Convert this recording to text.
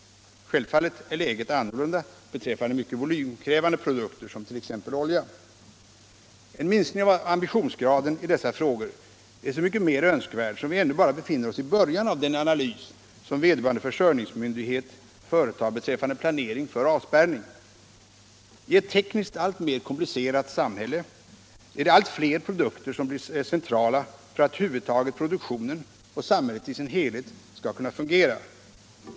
Självfallet är läget annorlunda beträffande mycket volymkrävande produkter som t.ex. olja. En minskning av ambitionsgraden i dessa frågor är så mycket mer önskvärd som vi ännu bara befinner oss i början av den analys som vederbörande försörjningsmyndighet företar beträffande planeringen för avspärrning. I ett tekniskt alltmer komplicerat samhälle är det allt fler produkter som blir centrala för att över huvud taget produktionen — och samhällslivet i sin helhet — skall kunna fungera.